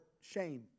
shame